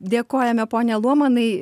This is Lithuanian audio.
dėkojame pone luomanai